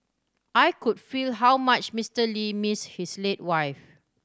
I could feel how much Mister Lee missed his late wife